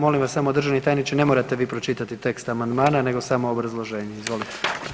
Molim vas samo državni tajniče, ne morate vi pročitati tekst amandmana nego samo obrazloženje, izvolite.